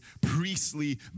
priestly